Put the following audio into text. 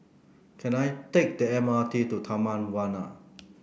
can I take the M R T to Taman Warna